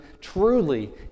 truly